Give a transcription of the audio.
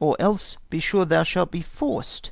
or else be sure thou shalt be forc'd